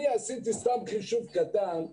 עשיתי חישוב קטן,